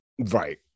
Right